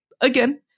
again